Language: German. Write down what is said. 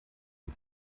die